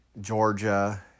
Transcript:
Georgia